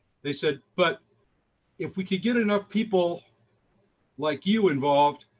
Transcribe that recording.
they said, but if we can get enough people like you involved,